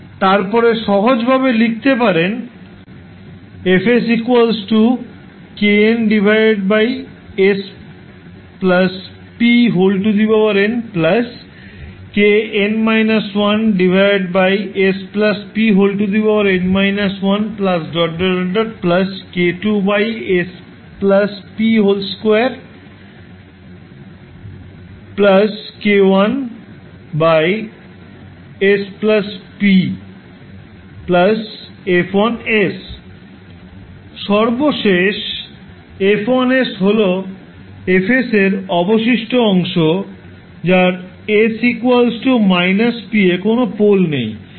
তারপরে সহজভাবে লিখতে পারেন সর্বশেষ 𝐹1 𝑠 হল 𝐹 𝑠 এর অবশিষ্ট অংশ যার s p এ কোন পোল নেই